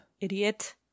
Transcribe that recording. Idiot